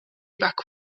back